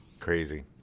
crazy